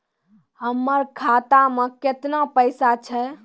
हमर खाता मैं केतना पैसा छह?